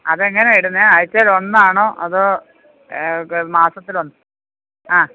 അത് എങ്ങനെയാണ് ഇടുന്നത് ആഴ്ചയിൽ ഒന്നാണോ അതോ മാസത്തിൽ ഒന്ന് ആ